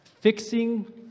Fixing